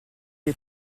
est